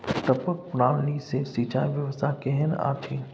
टपक प्रणाली से सिंचाई व्यवस्था केहन अछि?